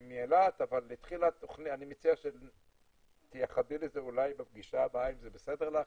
אבל אני מציע שתייחדי לזה אולי בפגישה הבאה אם זה בסדר לך